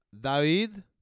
David